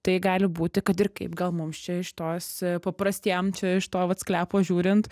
tai gali būti kad ir kaip gal mums čia iš tos paprastiems čia iš to vat sklepo žiūrint